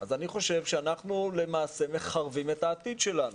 אז אני חושב שאנחנו למעשה מחרבים את העתיד שלנו.